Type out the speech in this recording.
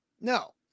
No